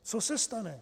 Co se stane?